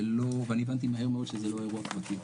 ואני הבנתי מהר מאוד שזה לא אירוע פרטי,